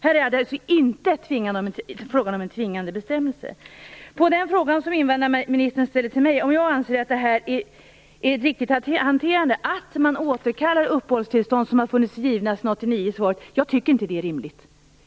Här är det alltså inte fråga om en tvingande bestämmelse. Invandrarministern frågar om jag anser att det är riktigt att återkalla uppehållstillstånd som gavs 1989. Mitt svar är: Nej, jag tycker inte att det är rimligt.